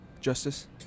Justice